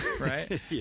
right